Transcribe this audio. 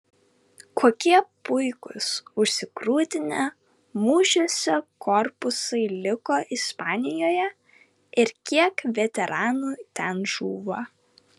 kokie puikūs užsigrūdinę mūšiuose korpusai liko ispanijoje ir kiek veteranų ten žūva